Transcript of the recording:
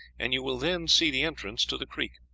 and you will then see the entrance to the creek.